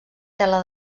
tela